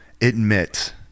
admit